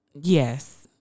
yes